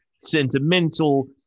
sentimental